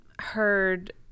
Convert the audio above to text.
heard